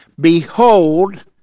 behold